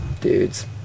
dudes